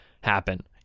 happen